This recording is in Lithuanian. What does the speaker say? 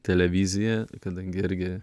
televiziją kadangi irgi